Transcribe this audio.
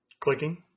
Clicking